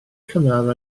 cynnar